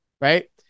Right